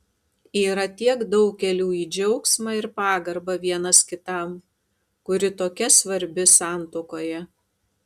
yra tiek daug kelių į džiaugsmą ir pagarbą vienas kitam kuri tokia svarbi santuokoje